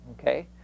Okay